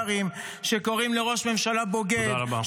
והלשעברים שקוראים לראש ממשלה "בוגד",